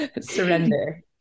Surrender